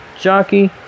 jockey